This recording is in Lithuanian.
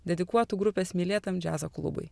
dedikuotu grupės mylėtam džiazo klubui